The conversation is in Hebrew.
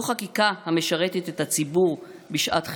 לא חקיקה המשרתת את הציבור בשעת חירום,